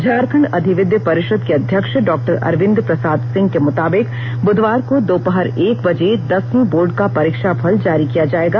झारखंड अद्यविद परिषद के अध्यक्ष डॉ अरविंद प्रसाद सिंह के मुताबिक बुधवार को दोपहर एक बजे दसवीं बोर्ड का परीक्षाफल जारी किया जाएगा